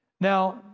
Now